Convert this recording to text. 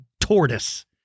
tortoise